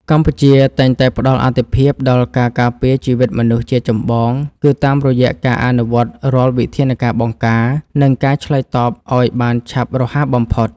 កម្ពុជាតែងតែផ្តល់អាទិភាពដល់ការការពារជីវិតមនុស្សជាចម្បង គឺតាមរយៈការអនុវត្តរាល់វិធានការបង្ការ និងការឆ្លើយតបឱ្យបានឆាប់រហ័សបំផុត។